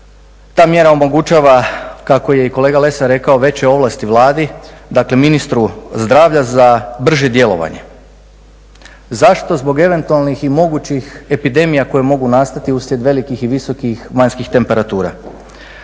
ta mjera omogućava kako je i kolega Lesar rekao veće ovlasti Vladi, ministru zdravlja za brže djelovanje. Zašto? Zbog eventualnih i mogućih epidemija koje mogu nastati uslijed velikih i visokih vanjskih temperatura.